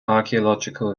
archaeological